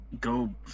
go